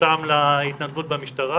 בקליטתם להתנדבות במשטרה.